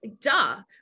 duh